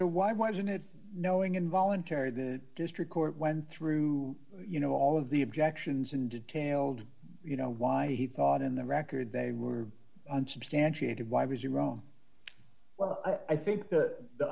so why wasn't it knowing involuntary that district court went through you know all of the objections and detailed you know why he thought in the record they were unsubstantiated why was he wrong well i think the